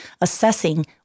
assessing